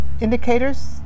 indicators